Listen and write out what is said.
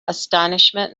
astonishment